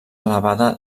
elevada